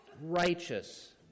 righteous